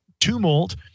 tumult